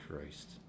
Christ